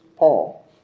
Paul